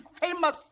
famous